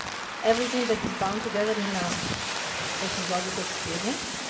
everything that is bound together in a episodic experience.